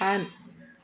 on